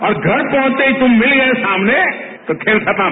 और घर पहुंचते ही तुम मिल गये सामने तो खेल खत्म